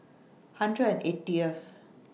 hundred and eightieth